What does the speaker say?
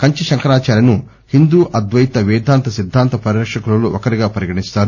కంచి శంకరాదార్యను హిందూ అద్వైత పేదాంత సిద్గాంత పరిరక్షకులలోఒకరిగా పరిగణిస్తారు